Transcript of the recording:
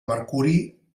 mercuri